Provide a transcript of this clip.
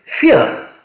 fear